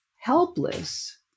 helpless